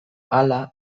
hala